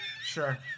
sure